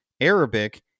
Arabic